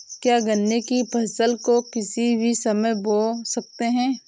क्या गन्ने की फसल को किसी भी समय बो सकते हैं?